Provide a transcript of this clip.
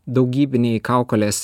daugybiniai kaukolės